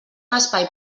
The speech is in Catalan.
espai